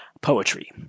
Poetry